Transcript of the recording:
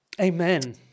Amen